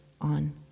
on